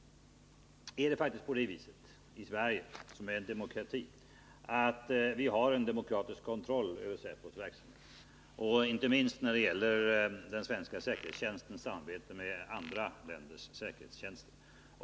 I Sverige, som är en demokrati, har vi faktiskt en demokratisk kontroll av den, även när det gäller den svenska säkerhetstjänstens samarbete med andra länders säkerhetstjänster.